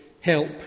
help